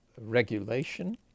regulation